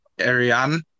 Ariane